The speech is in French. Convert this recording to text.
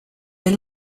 est